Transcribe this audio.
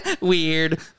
weird